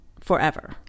forever